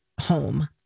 home